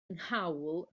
nghawl